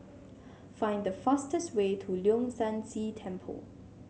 find the fastest way to Leong San See Temple